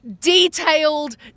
detailed